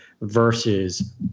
versus